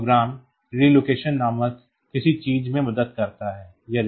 तो यह program relocation नामक किसी चीज़ में मदद करता है